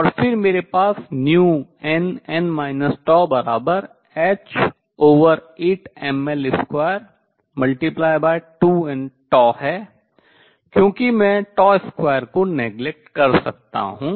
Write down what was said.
और फिर मेरे पास nn τh8mL22nτ है क्योंकि मैं 2 को neglect उपेक्षा कर सकता हूँ